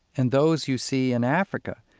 and those you see in africa,